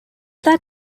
that